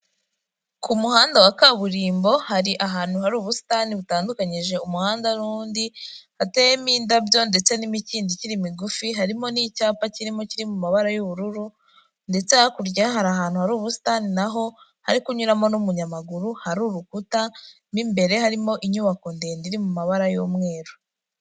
Ku muhanda wa kaburimbo hari ahantu hari ubusitani butandukanyije umuhanda n'uwundi, hateyemo indabyo ndetse n'imikindo ikiri migufi, harimo n'icyapa kirimo kiri mu mabara y'ubururu ndetse hakurya hari ahantu hari ubusitani na ho, hari kunyuramo n'umunyamaguru hari urukuta, mo imbere harimo inyubako ndende iri mu mabara y'umweru.